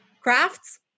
Crafts